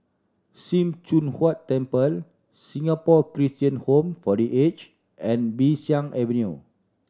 Sim Choon Huat Temple Singapore Christian Home for The Aged and Bee San Avenue